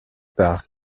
par